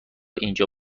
اینجا